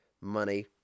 money